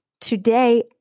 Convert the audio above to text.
Today